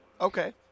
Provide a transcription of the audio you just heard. Okay